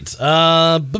right